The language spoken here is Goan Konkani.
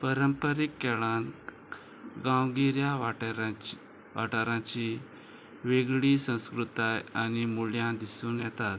परंपारीक खेळांत गांवगिऱ्या वाठारांची वाठाराची वेगळी संस्कृताय आनी मुळ्यां दिसून येतात